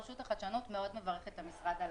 רשות החדשנות מאוד מברכת את המשרד על